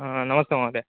हा नमस्ते महोदय